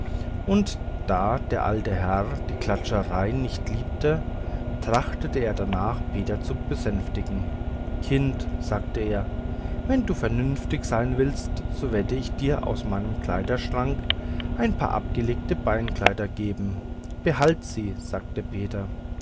und da der alte herr die klatschereien nicht liebte trachtete er danach peter zu besänftigen kind sagte er wenn du vernünftig sein willst so werde ich dir aus meinem kleiderschranke ein paar abgelegte beinkleider geben behaltet sie sagte peter